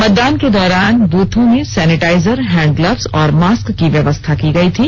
मतदान के दौरान बूथों में सैनिटाइजर हैंडग्लब्स और मास्क की व्यवस्था की गयी थी